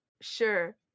sure